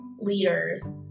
leaders